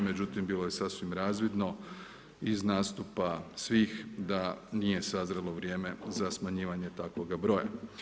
Međutim, bilo je sasvim razvidno iz nastupa svih da nije sazrijelo vrijeme za smanjivanje takvoga broja.